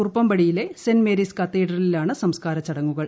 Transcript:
കുറുപ്പംപടിയിലെ Saint Mary's കത്തീഡ്രലിലാണ് സംസ്കാര ചടങ്ങുകൾ